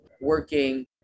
working